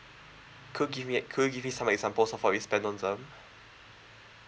could you give me a could you give me some examples of what you spend on them